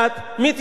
מתיישבים,